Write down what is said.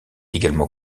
également